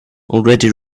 already